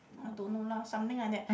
I don't know lah something like that